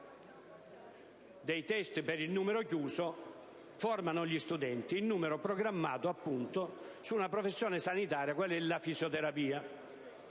dei test per il numero chiuso, formano gli studenti, in numero programmato appunto, su una professione sanitaria, qual è la fisioterapia.